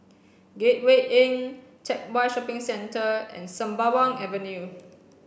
Gateway Inn Teck Whye Shopping Centre and Sembawang Avenue